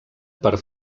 per